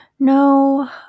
No